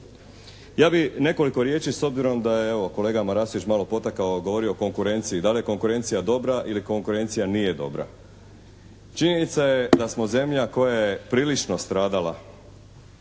Ja bih nekoliko riječi s obzirom da je evo kolega Marasović malo potakao, govorio o konkurenciji. Da li je konkurencija dobra ili konkurencija nije dobra? Činjenica je da smo zemlja koja je prilično stradala